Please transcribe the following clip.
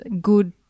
good